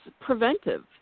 preventive